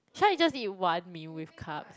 should I just eat one Mee with carbs